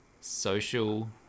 social